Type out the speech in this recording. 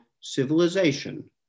Civilization